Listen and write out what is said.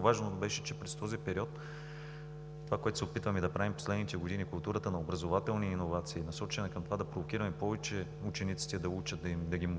важно беше, че през този период – това, което се опитваме да правим последните години – културата на образователни иновации, насочвана към това да провокираме учениците да учат повече,